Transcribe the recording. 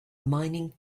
mining